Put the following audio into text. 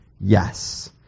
yes